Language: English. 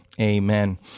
amen